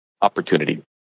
opportunity